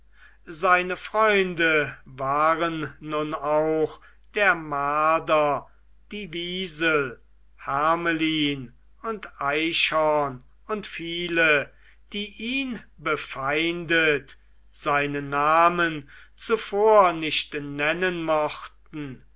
seine freunde waren nun auch der marder die wiesel hermelin und eichhorn und viele die ihn befeindet seinen namen zuvor nicht nennen mochten